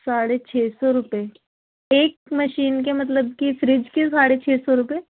ساڑھے چھ سو روپئے ایک مشین کے مطلب کہ فریج کے ساڑھے چھ سو روپئے